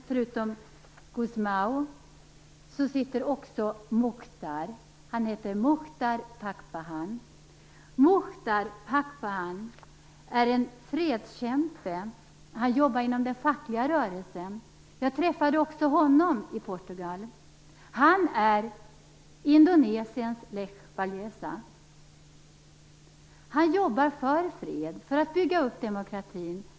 Förutom Gusmão sitter också Muchtar där. Muchtar Pakpahan är en fredskämpe. Han jobbar inom den fackliga rörelsen. Jag träffade också honom i Portugal. Han är Indonesiens Lech Walesa. Han jobbar för fred, för att bygga upp demokratin.